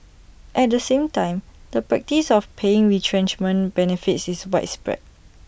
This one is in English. at the same time the practice of paying retrenchment benefits is widespread